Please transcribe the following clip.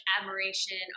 admiration